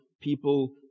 People